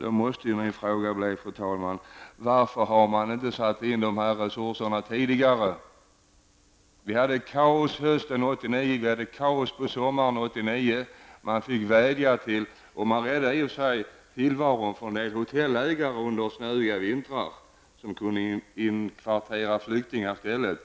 Då måste min fråga bli: Varför har man inte satt in de resurserna tidigare? Vi hade kaos hösten 1989 och vi hade kaos på sommaren 1989. Man räddade i och för sig tillvaron för en del hotellägare som under snöiga vintrar kunde inkvartera flyktingar i stället.